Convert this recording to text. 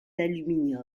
l’aluminium